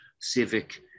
civic